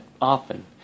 often